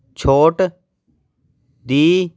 ਛੋਟ ਦੀ